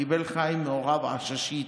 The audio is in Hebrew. קיבל חיים מהוריו עששית,